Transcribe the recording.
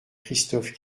christophe